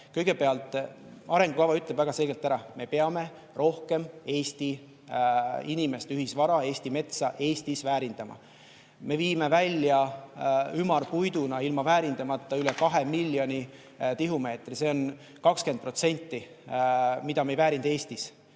kõigepealt arengukava ütleb väga selgelt ära: me peame rohkem Eesti inimeste ühisvara, Eesti metsa Eestis väärindama. Me viime välja ümarpuiduna ilma väärindamata üle kahe miljoni tihumeetri, see on 20%, mida me ei väärinda Eestis.